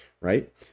right